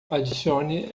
adicione